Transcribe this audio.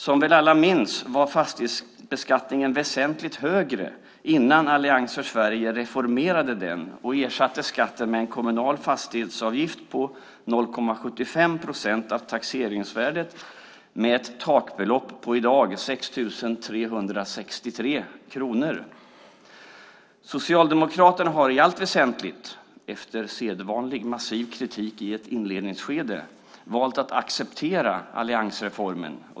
Som väl alla minns var fastighetsskatten väsentligt högre innan Allians för Sverige reformerade den beskattningen och ersatte skatten med en kommunal fastighetsavgift på 0,75 procent av taxeringsvärdet, i dag med ett takbelopp på 6 363 kronor. Socialdemokraterna har i allt väsentligt - efter sedvanlig massiv kritik i inledningsskedet - valt att acceptera alliansreformen.